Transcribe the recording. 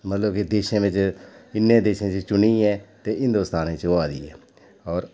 मतलब देशें च इन्ने देश चुनियै ते हिंदोस्तान च होआ दी ऐ